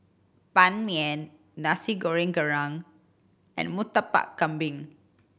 Ban Mian Nasi Goreng Kerang and Murtabak Kambing